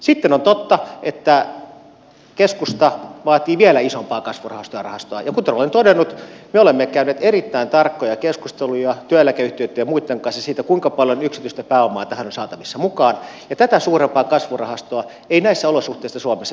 sitten on totta että keskusta vaatii vielä isompaa kasvurahastojen rahastoa ja kuten olen todennut me olemme käyneet erittäin tarkkoja keskusteluja työeläkeyhtiöitten ja muitten kanssa siitä kuinka paljon yksityistä pääomaa tähän on saatavissa mukaan ja tätä suurempaa kasvurahastoa ei näissä olosuhteissa suomessa synny